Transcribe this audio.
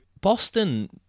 Boston